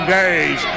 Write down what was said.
days